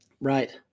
Right